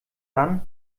dann